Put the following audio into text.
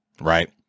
right